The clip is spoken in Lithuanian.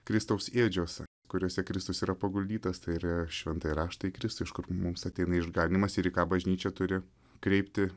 kristaus ėdžiose kuriose kristus yra paguldytas tai yra šventąjį raštą į kristų iš kur mums ateina išganymas ir ką bažnyčia turi kreipti